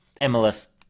MLS